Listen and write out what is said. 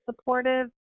supportive